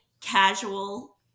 casual